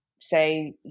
say